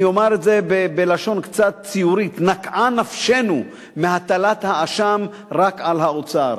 אני אומר את זה בלשון קצת ציורית: נקעה נפשנו מהטלת האשם רק על האוצר.